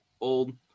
old